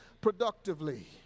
productively